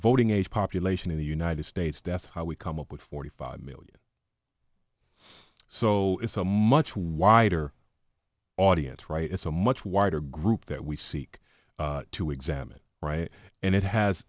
voting age population in the united states death how we come up with forty five million so it's a much wider audience right it's a much wider group that we seek to examine right and it